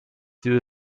diese